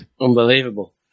unbelievable